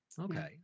Okay